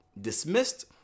dismissed